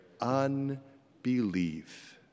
unbelief